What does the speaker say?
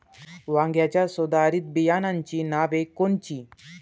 वांग्याच्या सुधारित बियाणांची नावे कोनची?